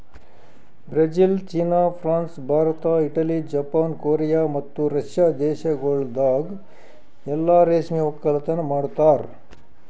Brazil, China, France, Bharat, Italy, Japan, Korea ಮತ್ತ Russia ದೇಶಗೊಳ್ದಾಗ್ ಎಲ್ಲಾ ರೇಷ್ಮೆ ಒಕ್ಕಲತನ ಮಾಡ್ತಾರ